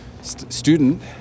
student